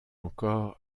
encore